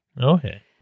Okay